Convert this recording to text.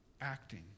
Acting